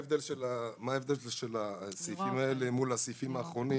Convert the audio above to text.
מה ההבדל בין הסעיפים האלה אל מול הסעיפים האחרונים